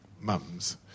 mum's